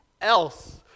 else